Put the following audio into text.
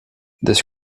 this